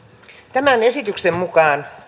tämän esityksen mukaan